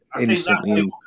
instantly